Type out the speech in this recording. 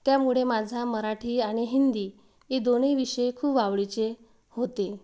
त्यामुळे माझा मराठी आणि हिंदी हे दोन्ही विषय खूप आवडीचे होते